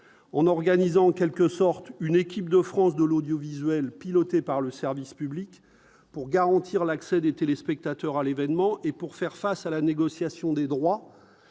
on organise en quelque sorte une équipe de France de l'audiovisuel, pilotée par le service public pour garantir l'accès des téléspectateurs à l'événement et pour faire face à la négociation des droits